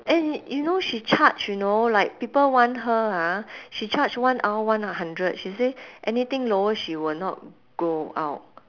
and you know she charge you know like people want her ah she charge one hour one hundred she say anything lower she will not go out